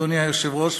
אדוני היושב-ראש,